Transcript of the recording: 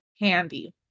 Handy